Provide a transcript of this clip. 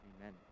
amen